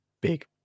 big